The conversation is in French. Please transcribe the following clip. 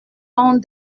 temps